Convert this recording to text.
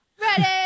ready